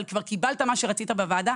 אבל כבר קיבלת מה שרצית בוועדה,